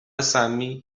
سمی